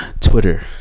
Twitter